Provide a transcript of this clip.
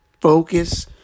focus